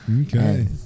Okay